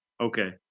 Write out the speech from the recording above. Okay